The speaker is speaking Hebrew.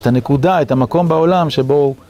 את הנקודה, את המקום בעולם שבו...